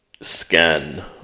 scan